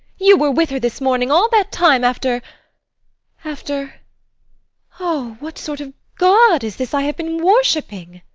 you were with her this morning all that time after after oh, what sort of god is this i have been worshipping!